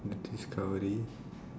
the discovery